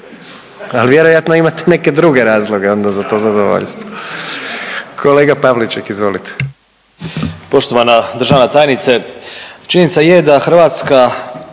a vjerojatno imate neke druge razloge onda za to zadovoljstvo. Kolega Pavliček, izvolite.